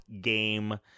game